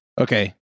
Okay